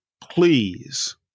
please